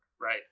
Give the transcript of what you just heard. Right